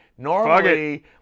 Normally